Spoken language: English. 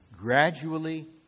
Gradually